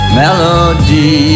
melody